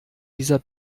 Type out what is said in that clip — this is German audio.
dieser